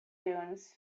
dunes